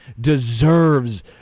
deserves